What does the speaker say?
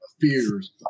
fears